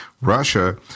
Russia